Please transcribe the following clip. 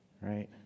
Right